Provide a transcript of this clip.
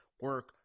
Work